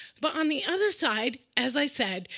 but on the other side, as i said,